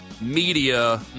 media